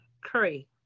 Curry